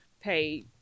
pay